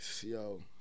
Yo